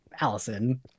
Allison